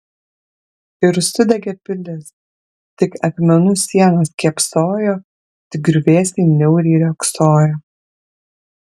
ir sudegė pilis tik akmenų sienos kėpsojo tik griuvėsiai niauriai riogsojo